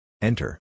Enter